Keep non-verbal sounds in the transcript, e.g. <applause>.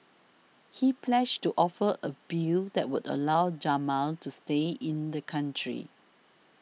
<noise> he pledged to offer a bill that would allow Jamal to stay in the country